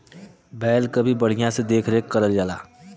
बैल क भी बढ़िया से देख रेख करल जाला